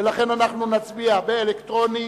ולכן אנחנו נצביע אלקטרונית.